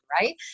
right